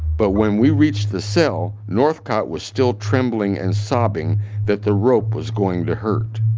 but when we reached the cell, northcott was still trembling and sobbing that the rope was going to hurt.